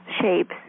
shapes